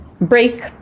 break